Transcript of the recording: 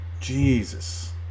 Jesus